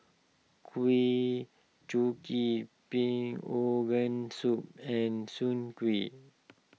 Kuih Kochi Pig Organ Soup and Soon Kueh